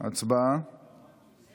הסתייגות 8 לחלופין א' לא נתקבלה.